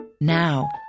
Now